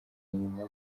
nyuma